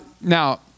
Now